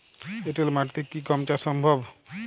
এঁটেল মাটিতে কি গম চাষ সম্ভব?